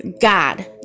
God